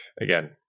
again